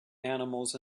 animals